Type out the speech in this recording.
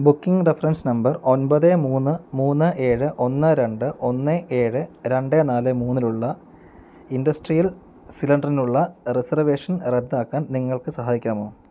booking reference number ഒൻപത് മൂന്ന് മൂന്ന് ഏഴ് ഒന്ന് രണ്ട് ഒന്ന് ഏഴ് രണ്ട് നാല് മൂന്നിലുള്ള ഇൻഡസ്ട്രിയൽ സിലിണ്ടറിനുള്ള റിസർവേഷൻ റദ്ദാക്കാൻ നിങ്ങൾക്ക് സഹായിക്കാമോ